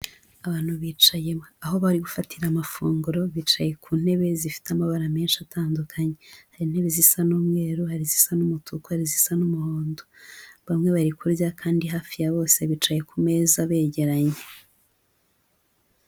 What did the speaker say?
Abantu bicaye aho bari gufatira amafunguro, bicaye ku ntebe zifite amabara menshi atandukanye, hari intebe zisa n'umweru, hari izisa n'umutuku, hari izisa n'umuhondo, bamwe bari kurya kandi hafi ya bose bicaye kumeza begeranye.